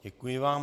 Děkuji vám.